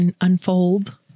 unfold